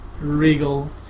regal